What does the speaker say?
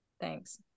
Thanks